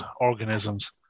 organisms